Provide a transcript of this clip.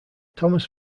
thomas